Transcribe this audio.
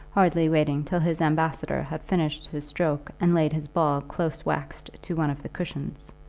hardly waiting till his ambassador had finished his stroke and laid his ball close waxed to one of the cushions.